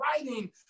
writing